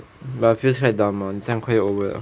but feels quite dumb loh 你这样快就 over liao